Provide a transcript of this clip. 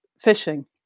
fishing